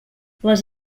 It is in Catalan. les